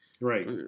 right